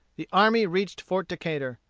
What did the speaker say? the army reached fort decatur.